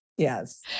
Yes